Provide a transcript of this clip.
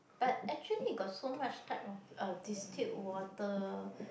but actually got so much type of distilled water